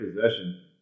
possession